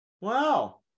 Wow